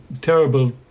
terrible